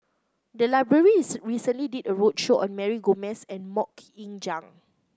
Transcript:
the library is recently did a roadshow on Mary Gomes and MoK Ying Jang